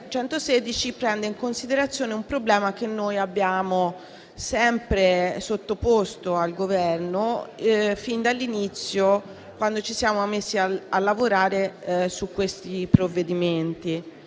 prende in considerazione un problema che abbiamo sempre sottoposto al Governo, fin da quando ci siamo messi a lavorare su questi provvedimenti.